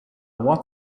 what